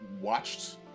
watched